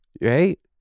Right